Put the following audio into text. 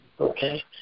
Okay